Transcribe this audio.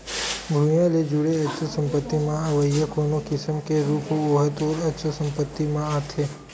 भुइँया ले जुड़े अचल संपत्ति म अवइया कोनो किसम के रूख ओहा तोर अचल संपत्ति म आथे